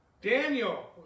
Daniel